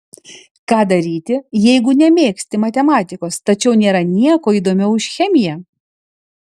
ką daryti jeigu nemėgsti matematikos tačiau nėra nieko įdomiau už chemiją